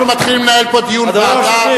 אנחנו מתחילים לנהל פה דיון מרתק,